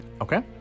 Okay